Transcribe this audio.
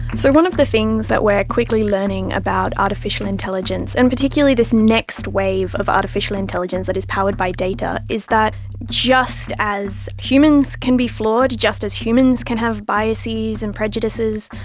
so one of the things that we are quickly learning about artificial intelligence and particularly this next wave of artificial intelligence that is powered by data, is that just as humans can be flawed, just as humans can have biases and prejudices,